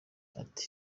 ati